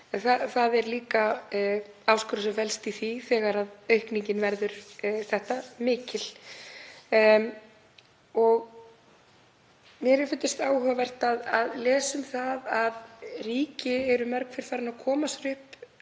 það er líka áskorun sem felst í því þegar aukningin verður þetta mikil. Mér hefur fundist áhugavert að lesa um það að ríki eru mörg hver farin að koma sér upp